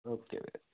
okay ਵੀਰੇ